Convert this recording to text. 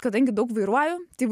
kadangi daug vairuoju tai